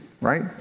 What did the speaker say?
right